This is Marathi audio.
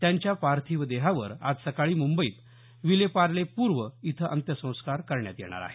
त्यांच्या पार्थिव देहावर आज सकाळी मुंबईत विलेपार्ले पूर्व इथं अंत्यसंस्कार करण्यात येणार आहेत